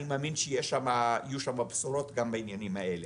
אני מאמין שיהיו שם בשורות גם בעניינים האלה.